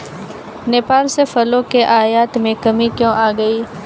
नेपाल से फलों के आयात में कमी क्यों आ गई?